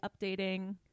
updating